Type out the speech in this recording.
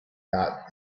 that